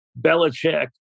Belichick